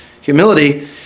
Humility